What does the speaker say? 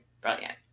brilliant